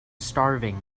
starving